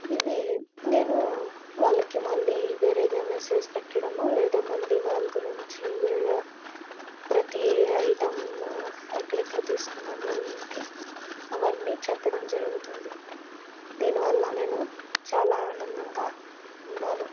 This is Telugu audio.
ఇవి నేను వాళ్ళకి మళ్ళీ వేరేగా మెసేజ్ పెట్టడమో లేదా మళ్ళీ వాళ్ళ గురించి వేరా ప్రతి ఐటమ్ ఎక్కడెక్కడ తీసుకున్నాను ఏంటి అవన్నీ చెప్పడం జరుగుతుంది దీనివల్ల నేను చాలా ఆనందంగా ఉన్నాను